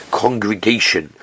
congregation